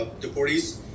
deportees